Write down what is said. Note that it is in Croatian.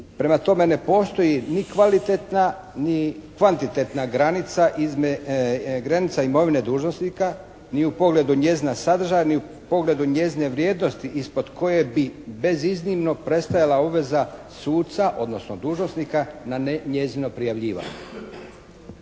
Prema tome ne postoji ni kvalitetna ni kvantitetna granica između, granica imovine dužnosnika ni u pogledu njezina sadržaja ni u pogledu njezine vrijednosti ispod koje bi beziznimno prestajala obveza suca, odnosno dužnosnika na njezino prijavljivanje.